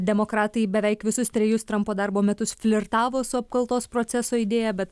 demokratai beveik visus trejus trampo darbo metus flirtavo su apkaltos proceso idėja bet